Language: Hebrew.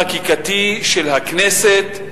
חקיקתי של הכנסת,